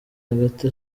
hagati